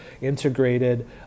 integrated